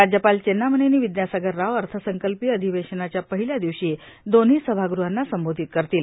राज्यपाल चेन्नामनेनी विदयासागर राव अर्थसंकल्पीय अधिवेशनाच्या पहिल्या दिवशी दोन्ही सभाग़हांना संबोधित करतील